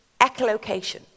echolocation